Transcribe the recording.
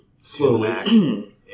slowly